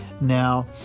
now